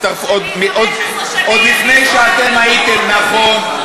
15 שנים, עוד לפני שאתם הייתם, נכון.